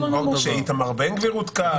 כמו שאיתמר בן גביר הותקף.